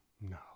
No